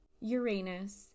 Uranus